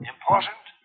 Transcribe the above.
Important